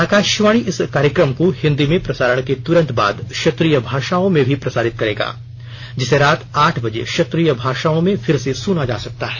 आकाशवाणी इस कार्यक्रम को हिंदी में प्रसारण के तुरंत बाद क्षेत्रीय भाषाओं में भी प्रसारित करेगा जिसे रात आठ बजे क्षेत्रीय भाषाओं में फिर से सुना जा सकता है